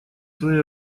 своей